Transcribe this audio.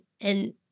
And-